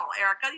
Erica